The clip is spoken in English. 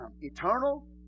eternal